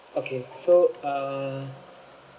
okay so uh